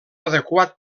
adequat